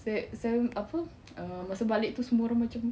saya saya apa err masa balik tu semua orang macam